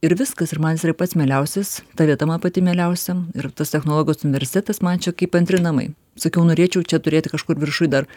ir viskas ir man jisai yra pats mieliausias ta vieta man pati mieliausia ir tas technologijos universitetas man čia kaip antri namai sakiau norėčiau čia turėti kažkur viršuj dar